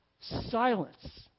silence